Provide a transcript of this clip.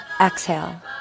exhale